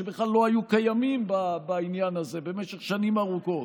שבכלל לא היו קיימים בעניין הזה במשך שנים ארוכות.